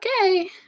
Okay